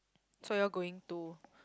so you all going to